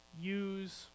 use